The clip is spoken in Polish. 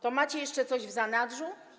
To macie jeszcze coś w zanadrzu?